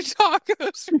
tacos